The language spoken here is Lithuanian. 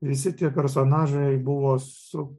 visi tie personažai buvo su